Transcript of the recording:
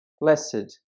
blessed